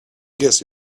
guess